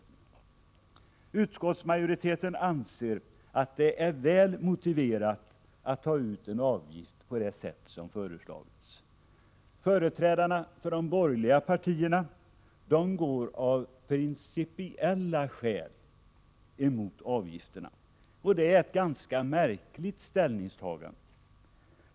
133 Utskottsmajoriteten anser att det är väl motiverat att ta ut en avgift på det sätt som har föreslagits. Företrädarna för de borgerliga partierna går av principiella skäl emot avgifterna. Det är ett ganska märkligt ställningstagande.